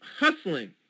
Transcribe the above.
Hustling